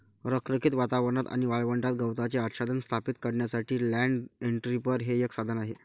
रखरखीत वातावरणात आणि वाळवंटात गवताचे आच्छादन स्थापित करण्यासाठी लँड इंप्रिंटर हे एक साधन आहे